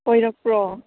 ꯀꯣꯏꯔꯛꯄ꯭ꯔꯣ